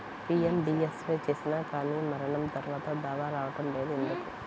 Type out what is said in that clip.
PMBSY చేసినా కానీ మరణం తర్వాత దావా రావటం లేదు ఎందుకు?